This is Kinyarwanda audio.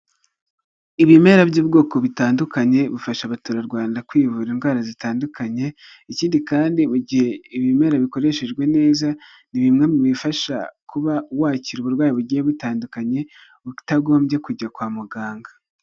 Ibimera by'ubwoko butandukanye bufasha abaturarwanda kwivura indwara zitandukanye, ikindi kandi mu gihe ibimera bikoreshejwe neza ni bimwe mu bifasha kuba wakira uburwayi bugiye butandukanye utagombye kujya kwa muganga.